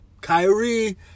Kyrie